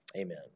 Amen